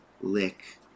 Lick